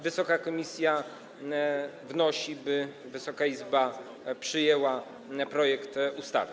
Wysoka komisja wnosi, by Wysoka Izba przyjęła projekt ustawy.